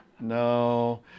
No